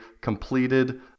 completed